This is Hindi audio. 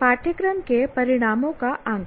पाठ्यक्रम के परिणामों का आकलन